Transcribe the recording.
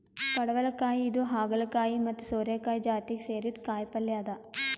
ಪಡವಲಕಾಯಿ ಇದು ಹಾಗಲಕಾಯಿ ಮತ್ತ್ ಸೋರೆಕಾಯಿ ಜಾತಿಗ್ ಸೇರಿದ್ದ್ ಕಾಯಿಪಲ್ಯ ಅದಾ